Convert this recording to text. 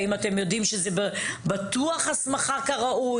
האם אתם בטוחים שזוהי הסמכה כראוי?